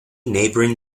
neighboring